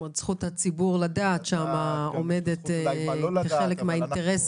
זכות הציבור לדעת עומדת כחלק מהאינטרסים.